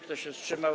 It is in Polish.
Kto się wstrzymał?